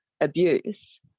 abuse